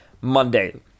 Monday